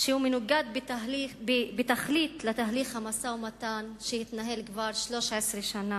שמנוגד בתכלית לתהליך המשא-ומתן שהתנהל כבר 13 שנה,